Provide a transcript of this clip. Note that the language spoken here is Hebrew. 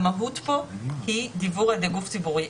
המהות כאן היא דיוור על ידי גוף ציבורי.